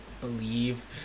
believe